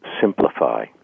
simplify